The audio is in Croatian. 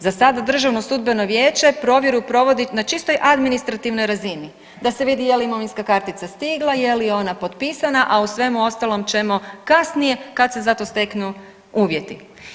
Za sada Državno sudbeno vijeće provjeru provodi na čistoj administrativnoj razini da se vidi je li imovinska kartica stigla, je li ona potpisana, a o svemu ostalom ćemo kasnije kad se za to steknu uvjeti.